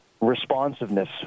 responsiveness